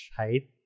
height